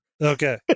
okay